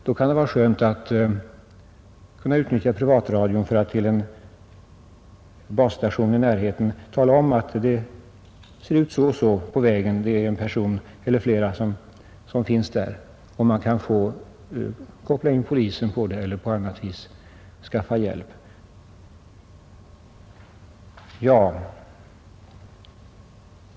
Då vore det skönt om man kunde utnyttja privatradion för att rapportera till en basstation i närheten att där finns en eller flera personer på vägen och att situationen är så och så. Då kan man ju koppla in polisen på saken eller skaffa hjälp på annat sätt.